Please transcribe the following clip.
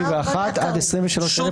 נגד?